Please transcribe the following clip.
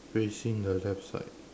facing the left side